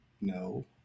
no